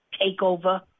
takeover